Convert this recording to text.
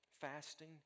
fasting